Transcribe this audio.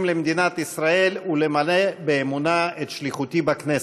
למדינת ישראל ולמלא באמונה את שליחותי בכנסת.